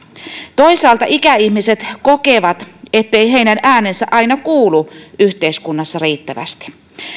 toisaalta ikäihmiset kokevat ettei heidän äänensä aina kuulu yhteiskunnassa riittävästi